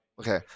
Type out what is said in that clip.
Okay